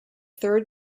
third